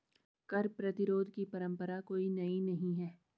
कर प्रतिरोध की परंपरा कोई नई नहीं है